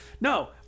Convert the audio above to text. No